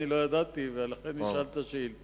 אני לא ידעתי את זה ולכן שאלתי את השאילתא.